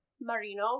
Marino